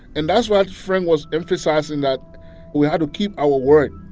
and that's why frank was emphasizing that we had to keep our word.